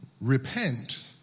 repent